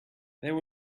there